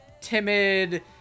timid